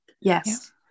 yes